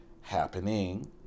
happening